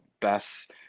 best